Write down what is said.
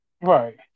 Right